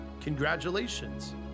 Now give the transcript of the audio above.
congratulations